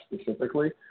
specifically